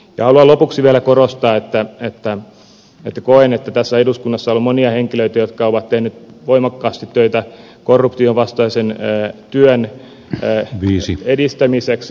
haluan lopuksi vielä korostaa että koen että tässä eduskunnassa on monia henkilöitä jotka ovat tehneet voimakkaasti töitä korruptionvastaisen työn edistämiseksi